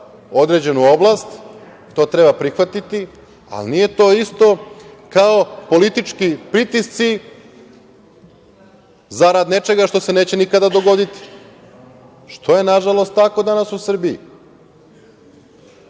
određenu oblast, to treba prihvatiti, ali nije to isto kao politički pritisci zarad nečega što se neće nikada dogoditi, što je, nažalost, tako danas u Srbiji.